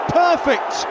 perfect